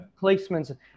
placements